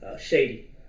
shady